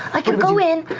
i can go in.